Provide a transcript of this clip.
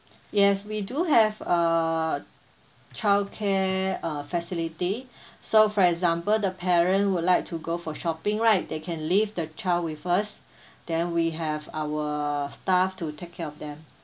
yes we do have a childcare uh facility so for example the parent would like to go for shopping right they can leave the child with us then we have our staff to take care of them